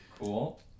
cool